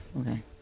okay